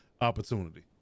opportunity